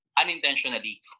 unintentionally